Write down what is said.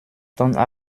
tendent